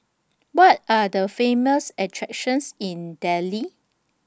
What Are The Famous attractions in Dili